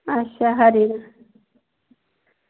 अच्छा खरी